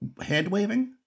hand-waving